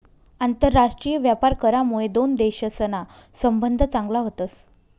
आंतरराष्ट्रीय व्यापार करामुये दोन देशसना संबंध चांगला व्हतस